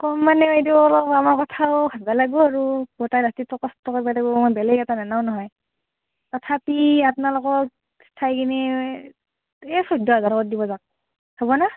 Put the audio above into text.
কম মানে বাইদেউ অলপ আমাৰ কথাও ভাব্বা লাগ্বো অৰু গোটাই ৰাতিতটো কষ্ট কৰবা লাগ্বো মই বেলেগ এটা ধান্দাও নহয় তথাপি আপ্নালোকক চাই কিনি এই চৈধ্য হাজাৰ দিব যাওক হ'ব না